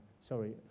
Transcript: sorry